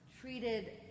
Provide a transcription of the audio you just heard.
treated